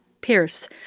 Pierce